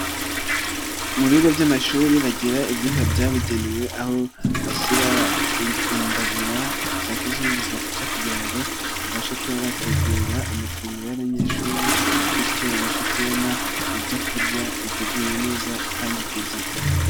Mu bigo by'amashuri bagira ibyumba byabugenewe aho bashyira imbabura za kizungu zabafasha kugira ngo babashe kuba bategura amafunguro y'abanyeshuri bityo babashe kubona ibyo kurya biteguye neza kandi ku gihe.